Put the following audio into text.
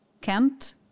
Kent